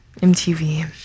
MTV